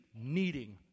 needing